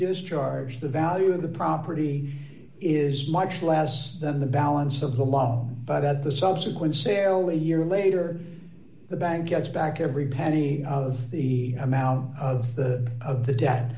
discharge the value of the property is much less than the balance of the law but at the subsequent sale way year later the bank gets back every penny of the amount of the of the d